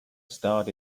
starred